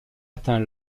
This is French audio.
atteint